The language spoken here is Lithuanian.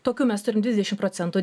tokių mes turim dvidešimt procentų